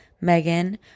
Megan